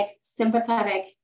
sympathetic